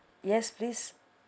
yes please